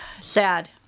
Sad